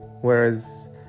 Whereas